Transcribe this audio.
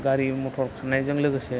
गारि मटर खारनायजो